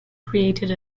created